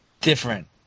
different